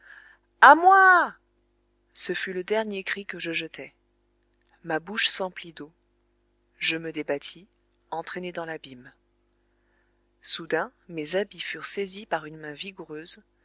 a moi ce fut le dernier cri que je jetai ma bouche s'emplit d'eau je me débattis entraîné dans l'abîme soudain mes habits furent saisis par une main vigoureuse